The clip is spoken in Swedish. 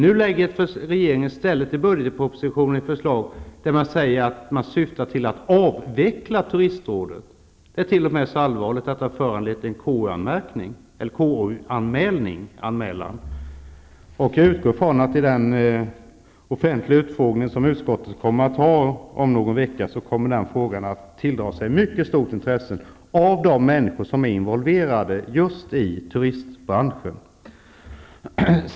Nu lägger regeringen i stället i budgetpropositionen fram ett förslag, där man syftar till att avveckla Turistrådet. Det är t.o.m. så allvarligt att det har föranlett en KU-anmälan. Jag utgår från att denna fråga, i den offentliga utfrågning som utskottet har om någon vecka, kommer att tilldra sig mycket stort intresse av de människor som är involverade i just turistbranschen.